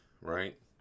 right